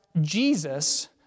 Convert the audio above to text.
jesus